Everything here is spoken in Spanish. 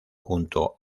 junto